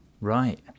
Right